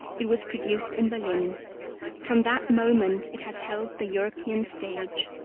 it was produced in berlin from that moment it has held the european stage.